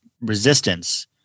resistance